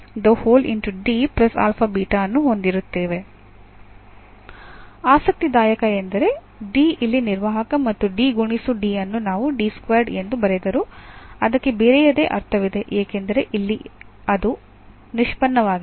ಆಸಕ್ತಿದಾಯಕ ಎಂದರೆ D ಇಲ್ಲಿ ನಿರ್ವಾಹಕ ಮತ್ತು D ಗುಣಿಸು D ಅನ್ನು ನಾವು ಎಂದು ಬರೆದರು ಅದಕ್ಕೆ ಬೇರೆಯದೇ ಅರ್ಥವಿದೆ ಯಾಕೆಂದರೆ ಇಲ್ಲಿ ಅದು ನಿಷ್ಪನ್ನವಾಗಿದೆ